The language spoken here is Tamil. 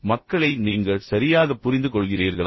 மக்களை நீங்கள் சரியாக புரிந்துகொள்கிறீர்களா